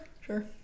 sure